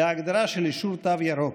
בהגדרה של אישור תו ירוק.